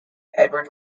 edward